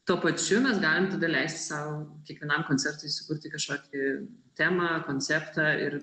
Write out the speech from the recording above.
tuo pačiu mes galim tada leisti sau kiekvienam koncertui sukurti kažkokį temą konceptą ir